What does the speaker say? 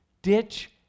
ditch